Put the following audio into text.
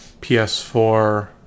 PS4